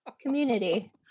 Community